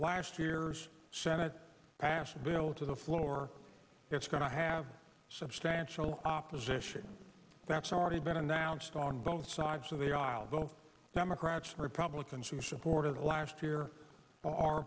last year's senate pass a bill to the floor it's going to have substantial opposition that's already been announced on both sides of the aisle both that republicans who supported last year are